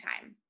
time